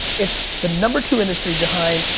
it's the number two industry behind,